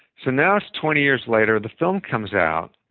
so now it's twenty years later. the film comes out,